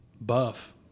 buff